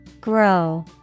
Grow